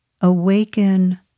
awaken